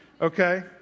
Okay